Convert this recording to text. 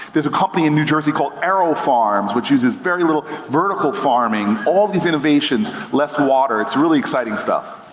there's a company in new jersey called aerofarms, which uses very little, vertical farming. all these innovations, less water, it's really exciting stuff.